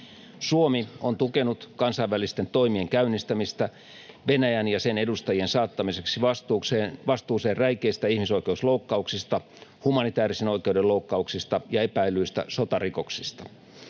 Suomi on tukenut kansainvälisten toimien käynnistämistä Venäjän ja sen edustajien saattamiseksi vastuuseen räikeistä ihmisoikeusloukkauksista, humanitäärisen oikeuden loukkauksista ja epäillyistä sotarikoksista.